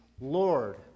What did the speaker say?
Lord